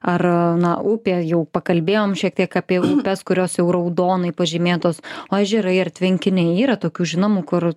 ar na upė jau pakalbėjom šiek tiek apie upes kurios jau raudonai pažymėtos o ežerai ar tvenkiniai yra tokių žinomų kur